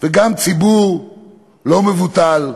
וגם ציבור לא מבוטל,